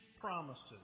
promises